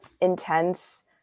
intense